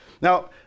Now